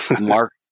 Mark